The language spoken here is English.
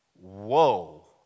whoa